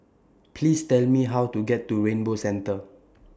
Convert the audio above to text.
Please Tell Me How to get to Rainbow Centre